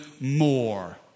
more